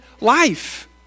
life